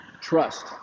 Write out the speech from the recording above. trust